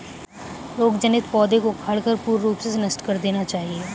रोग जनित पौधों को उखाड़कर पूर्ण रूप से नष्ट कर देना चाहिये